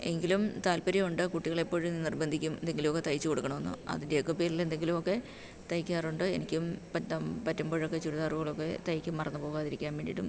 എങ്കിലും താല്പര്യം ഉണ്ട് കുട്ടികളെപ്പോഴും നിർബന്ധിക്കും എന്തെങ്കിലും ഒക്കെ തയ്ച്ച് കൊടുക്കണമെന്ന് അതിൻ്റെ ഒക്കെ പേരിൽ എന്തെങ്കിലും ഒക്കെ തയ്ക്കാറുണ്ട് എനിക്കും പറ്റുമ്പോഴൊക്കെ ചുരിദാറുകളൊക്കെ തയ്ക്കും മറന്ന് പോവാതിരിക്കാൻ വേണ്ടിട്ടും